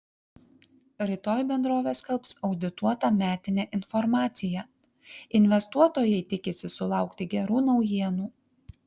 rytoj bendrovė skelbs audituotą metinę informaciją investuotojai tikisi sulaukti gerų naujienų